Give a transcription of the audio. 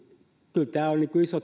kyllä tämä on iso